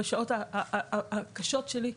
בשעות הקשות שלי.